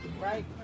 right